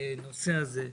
הנושא הזה,